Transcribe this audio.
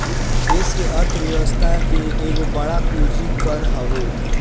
देस के अर्थ व्यवस्था के एगो बड़ पूंजी कर हवे